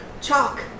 chalk